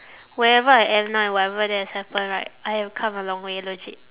whoever I am now and whatever that has happened right I have come a long way legit